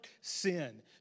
sin